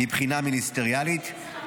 מבחינה מיניסטריאלית,